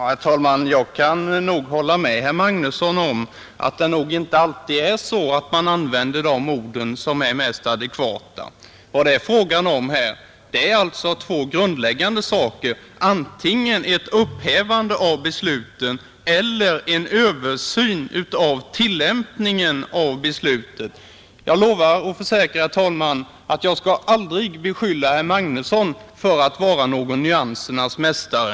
Herr talman! Jag kan hålla med herr Magnusson i Kristinehamn om att man nog inte alltid använder de ord som är mest adekvata. Vad det är fråga om här är alltså två grundläggande saker: antingen ett upphävande av beslutet eller en översyn av tillämpningen av beslutet. Jag lovar, herr talman, att jag aldrig skall beskylla herr Magnusson för att vara någon nyansernas mästare.